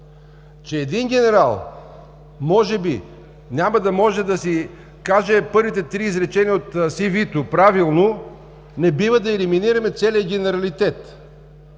Че един генерал може би няма да може да си каже първите три изречения от CV-то правилно, не бива да елиминираме целия генералитет!